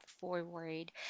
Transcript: forward